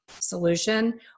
solution